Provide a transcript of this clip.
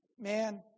Man